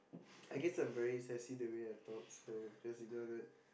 I guess I'm very sassy in the way I talk so just ignore that